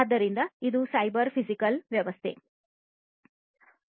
ಆದ್ದರಿಂದ ಇದು cyber physical ವ್ಯವಸ್ಥೆ ಆಗಿದೆ